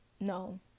No